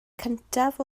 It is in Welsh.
cyntaf